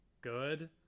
good